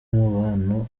umubano